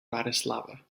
bratislava